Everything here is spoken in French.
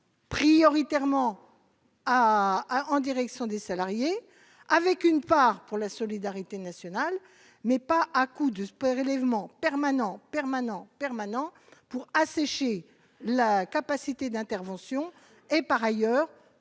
prioritairement à en direction des salariés avec une part pour la solidarité nationale, mais pas à coup du sport relèvement permanent, permanent, permanent pour assécher la capacité d'intervention et, par ailleurs,